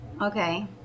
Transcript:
Okay